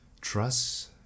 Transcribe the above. trust